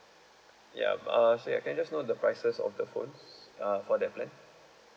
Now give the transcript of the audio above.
ya uh say can I know the prices of the phones uh for that plan